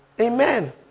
Amen